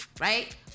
right